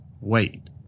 wait